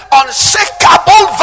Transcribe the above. unshakable